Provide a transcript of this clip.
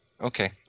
Okay